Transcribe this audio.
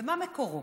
ומה מקורו?